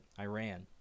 Iran